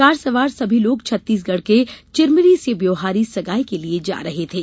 car सवार सभी लोग छत्तीसगढ के चिरमिरी से व्यौहारी सगाई के लिए जा रहे थे